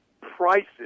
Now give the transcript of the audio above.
prices